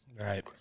Right